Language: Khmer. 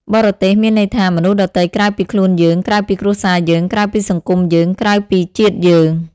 បរទេស មានន័យថា មនុស្សដទៃក្រៅពីខ្លួនយើង ក្រៅពីគ្រួសារយើង ក្រៅពីសង្គមយើង ក្រៅពីជាតិយើង។